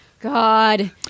God